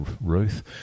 Ruth